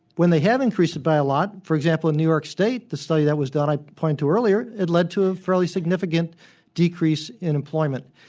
when they have increased it by a lot, for example, in new york state, the study that was done i pointed to earlier it led to ah fairly significant decrease in employment.